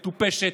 מטופשת,